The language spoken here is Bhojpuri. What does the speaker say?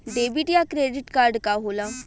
डेबिट या क्रेडिट कार्ड का होला?